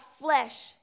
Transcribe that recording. flesh